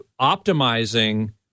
optimizing